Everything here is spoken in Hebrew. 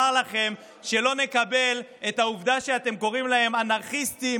ונאמר לכם שלא נקבל את העובדה שאתם קוראים להם "אנרכיסטים",